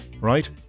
right